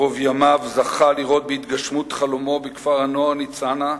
בערוב ימיו זכה לראות בהתגשמות חלומו בכפר-הנוער ניצנה,